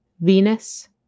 Venus